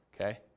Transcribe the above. Okay